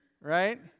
Right